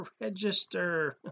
register